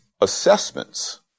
assessments